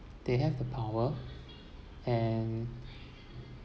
they have the power and